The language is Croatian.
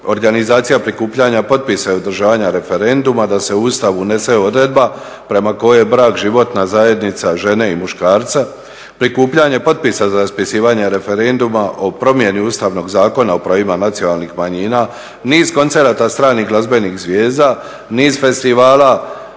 organizacija prikupljanja potpisa i održavanja referenduma da se u Ustav unese odredba prema kojoj je brak životna zajednica žene i muškarca, prikupljanje potpisa za raspisivanje referenduma o promjeni Ustavnog zakona o pravima nacionalnih manjina, niz koncerata stranih glazbenih zvijezda, niz festivala